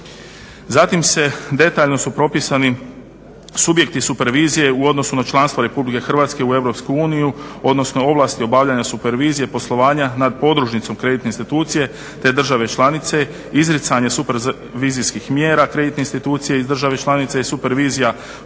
Zatim se, detaljno su propisani subjekti super vizije u odnosu na članstvo RH u EU, odnosno ovlasti obavljanja supervizije, poslovanja nad podružnicom kreditne institucije te države članice. Izricanje super vizijskih mjera kreditne institucije iz države članice i super vizija,